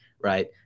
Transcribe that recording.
right